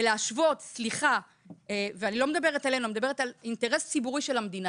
אני לא מדברת עלינו אלא על אינטרס ציבורי של המדינה